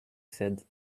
said